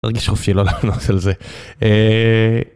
תרגיש חופשי לא לענות על זה.